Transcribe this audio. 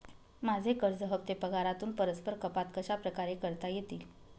माझे कर्ज हफ्ते पगारातून परस्पर कपात कशाप्रकारे करता येतील?